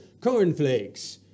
cornflakes